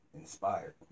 inspired